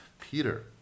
Peter